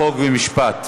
חוק ומשפט.